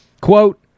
Quote